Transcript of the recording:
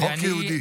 חוק יהודי.